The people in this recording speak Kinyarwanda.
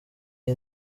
iyi